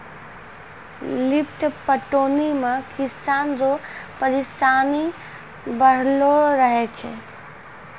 lift पटौनी मे किसान रो परिसानी बड़लो रहै छै